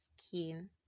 skin